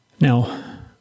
Now